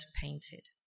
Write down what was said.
painted